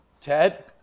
ted